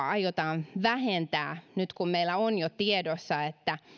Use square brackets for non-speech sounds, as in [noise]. [unintelligible] aiotaan vähentää nyt kun meillä on jo tiedossa että